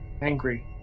angry